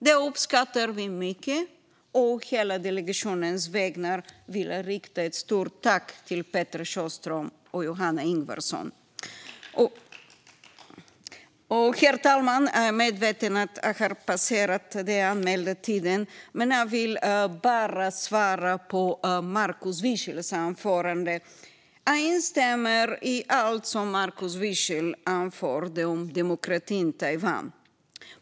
Det uppskattar vi mycket, och å hela delegationens vägnar vill jag rikta ett stort tack till Petra Sjöström och Johanna Ingvarsson! Herr talman! Jag är medveten om att jag har passerat den anmälda talartiden. Men jag vill bara svara på en fråga i Markus Wiechels anförande. Jag instämmer i allt om Markus Wiechel anförde om demokratin Taiwan.